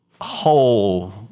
whole